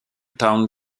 town